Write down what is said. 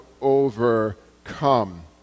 overcome